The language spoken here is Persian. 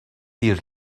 دیر